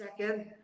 Second